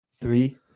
Three